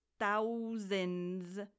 thousands